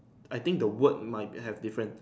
I think the word might have different